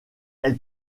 elle